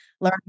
learn